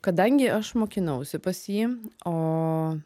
kadangi aš mokinausi pas jį o